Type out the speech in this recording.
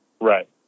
Right